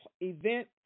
event